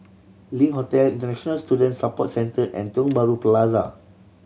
Link Hotel International Student Support Centre and Tiong Bahru Plaza